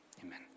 Amen